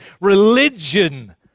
religion